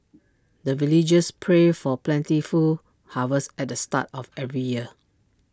the villagers pray for plentiful harvest at the start of every year